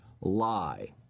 lie